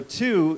two